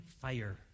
fire